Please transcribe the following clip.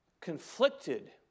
conflicted